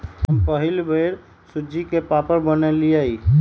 हम पहिल बेर सूज्ज़ी के पापड़ बनलियइ